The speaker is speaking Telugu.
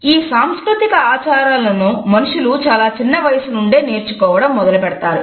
ఈ సాంస్కృతిక ఆచారాలను మనుషులు చాలా చిన్న వయస్సు నుండే నేర్చుకోవడం మొదలుపెడతారు